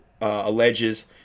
alleges